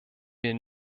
wir